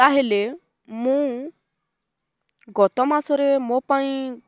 ତା'ହେଲେ ମୁଁ ଗତ ମାସରେ ମୋ ପାଇଁ